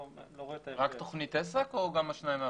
רק תוכנית עסק או גם השניים האחרים?